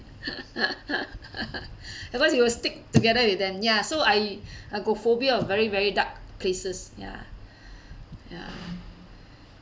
because it will stick together with them ya so I I got phobia of very very dark places ya ya